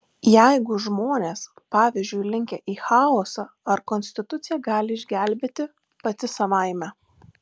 jeigu žmonės pavyzdžiui linkę į chaosą ar konstitucija gali išgelbėti pati savaime